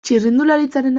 txirrindularitzaren